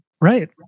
Right